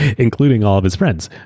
including all of his friends.